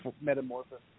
metamorphosis